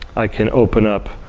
i can open up